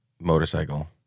motorcycle